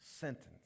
sentence